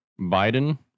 Biden